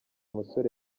musore